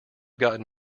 gotten